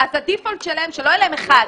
אז הדיפולט שלהם שלא יהיה להם אחד,